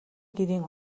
гэрийн